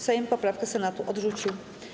Sejm poprawkę Senatu odrzucił.